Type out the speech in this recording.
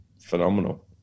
phenomenal